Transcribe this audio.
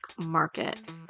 market